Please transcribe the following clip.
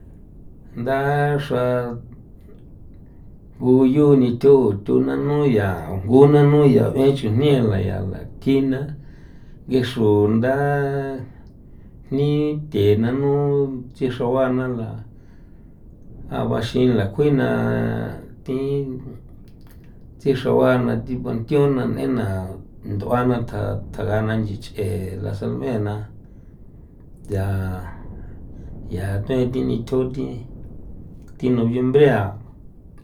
Nda xra jngu yu nithu thu nanu ya jngu nanu ya be'en chujnia la ya la kin na ngexru nda jni the nanu thi xraba na la jabaxila kuina thi thi xraba na thi panthion na n'ena nd'ua na tjan thja gana nchich'e la salmee na ya ya thuen thi nithjo thi thi noviembre ya.